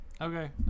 Okay